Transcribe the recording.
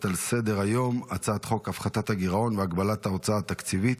על סדר-היום: הצעת חוק הפחתת הגירעון והגבלת ההוצאה התקציבית